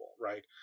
right